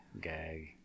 gag